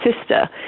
sister